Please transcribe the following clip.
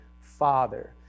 Father